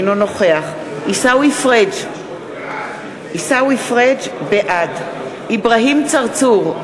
אינו נוכח עיסאווי פריג' בעד אברהים צרצור,